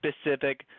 specific